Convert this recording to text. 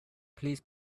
please